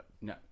No